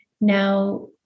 Now